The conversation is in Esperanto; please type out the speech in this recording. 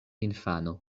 infano